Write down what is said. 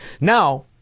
Now